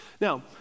Now